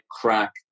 crack